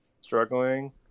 struggling